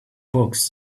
books